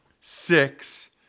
six